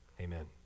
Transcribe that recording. Amen